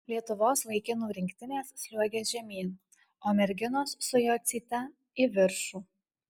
lietuvos vaikinų rinktinės sliuogia žemyn o merginos su jocyte į viršų